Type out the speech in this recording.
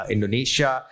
Indonesia